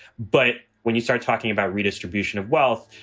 but when you start talking about redistribution of wealth,